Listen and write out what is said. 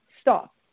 stop